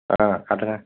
ஆ காட்டுங்க